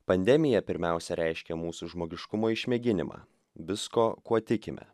pandemija pirmiausia reiškia mūsų žmogiškumo išmėginimą viskuo kuo tikime